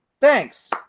thanks